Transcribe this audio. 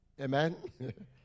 Amen